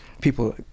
people